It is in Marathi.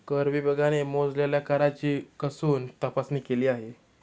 कर विभागाने मोजलेल्या कराची कसून तपासणी केली आहे